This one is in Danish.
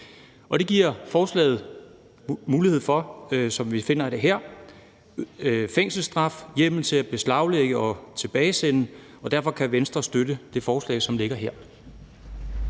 Det giver forslaget mulighed for, som vi finder det her: fængselsstraf og hjemmel til at beslaglægge og tilbagesende. Derfor kan Venstre støtte det forslag, som ligger her.